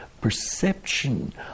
perception